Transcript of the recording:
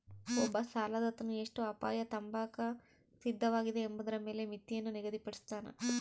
ಒಬ್ಬ ಸಾಲದಾತನು ಎಷ್ಟು ಅಪಾಯ ತಾಂಬಾಕ ಸಿದ್ಧವಾಗಿದೆ ಎಂಬುದರ ಮೇಲೆ ಮಿತಿಯನ್ನು ನಿಗದಿಪಡುಸ್ತನ